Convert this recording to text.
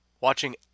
watching